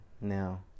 now